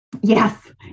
yes